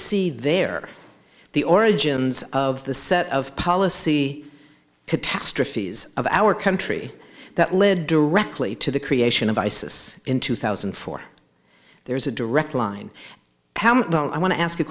see there the origins of the set of policy catastrophes of our country that led directly to the creation of isis in two thousand and four there's a direct line i want to ask a